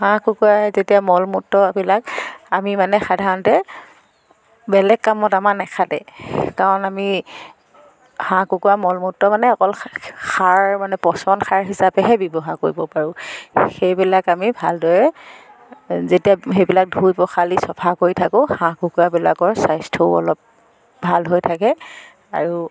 হাঁহ কুকুৰাই যেতিয়া মল মূত্ৰবিলাক আমি মানে সাধাৰণতে বেলেগ কামত আমাৰ নাখাতে কাৰণ আমি হাঁহ কুকুৰাৰ মল মূত্ৰ মানে অকল সাৰ মানে পচন সাৰ হিচাপেহে ব্যৱহাৰ কৰিব পাৰোঁ সেইবিলাক আমি ভালদৰে যেতিয়া সেইবিলাক ধুই পখালি চফা কৰি থাকো হাঁহ কুকুৰাবিলাকৰ স্বাস্থ্যও অলপ ভাল হৈ থাকে আৰু